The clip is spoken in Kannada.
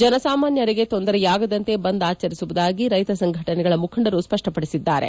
ಜನಸಾಮಾನ್ಲರಿಗೆ ತೊಂದರೆಯಾಗದಂತೆ ಬಂದ್ ಆಚರಿಸುವುದಾಗಿ ರೈತ ಸಂಘಟನೆಗಳ ಮುಖಂಡರು ಸ್ಪಷ್ಣಪಡಿಸಿದ್ದಾರೆ